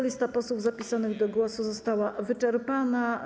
Lista posłów zapisanych do głosu została wyczerpana.